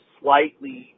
slightly